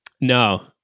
No